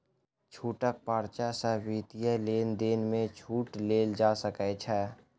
छूटक पर्चा सॅ वित्तीय लेन देन में छूट लेल जा सकै छै